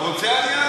אתה רוצה?